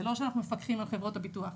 זה לא שאנחנו מפקחים על חברות הביטוח.